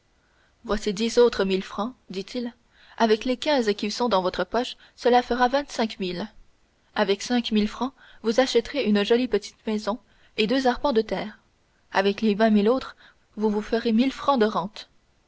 voici dix autres mille francs dit-il avec les quinze qui sont dans votre poche cela fera vingt-cinq mille avec cinq mille francs vous achèterez une jolie petite maison et deux arpents de terre avec les vingt mille autres vous vous ferez mille francs de rente